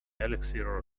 elixir